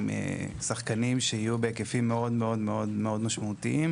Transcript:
הם שחקנים שיהיו בהיקפים מאוד מאוד מאוד משמעותיים,